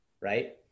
right